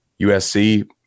USC